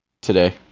today